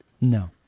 No